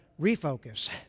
refocus